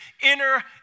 inner